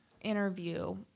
interview